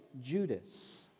Judas